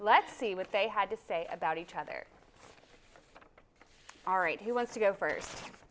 let's see what they had to say about each other all right he wants to go first